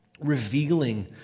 revealing